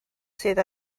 sydd